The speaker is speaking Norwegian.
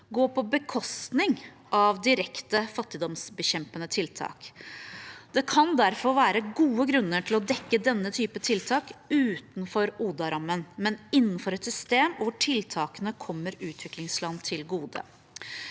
gå på bekostning av direkte fattigdomsbekjempende tiltak. Det kan derfor være gode grunner til å dekke denne type tiltak utenfor ODA-rammen, men innenfor et system hvor tiltakene kommer utviklingsland til gode.